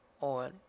on